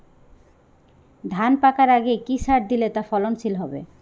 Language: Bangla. ধান পাকার আগে কি সার দিলে তা ফলনশীল হবে?